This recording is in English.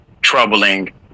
troubling